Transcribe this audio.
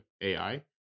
AI